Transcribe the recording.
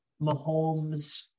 Mahomes